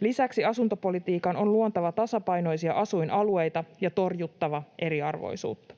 Lisäksi asuntopolitiikan on luotava tasapainoisia asuinalueita ja torjuttava eriarvoisuutta.